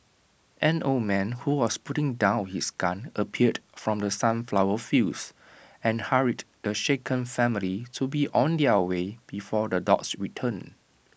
an old man who was putting down his gun appeared from the sunflower fields and hurried the shaken family to be on their way before the dogs return